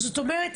זאת אומרת